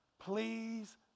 Please